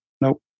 Nope